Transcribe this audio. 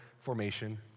formation